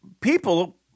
people